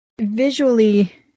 visually